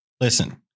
Listen